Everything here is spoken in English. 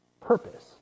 purpose